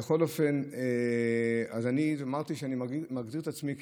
בכל אופן, אז אני אמרתי שאני מגדיר את עצמי כידיד,